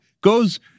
goes